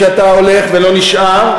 אתה הולך ולא נשאר,